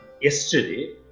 yesterday